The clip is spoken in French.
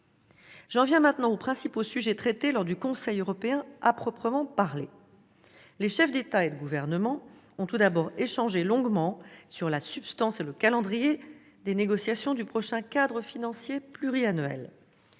J'en viens maintenant aux principaux sujets traités lors du Conseil européen à proprement parler. Les chefs d'État et de gouvernement ont tout d'abord échangé longuement sur la substance et le calendrier des négociations du prochain cadre financier pluriannuel,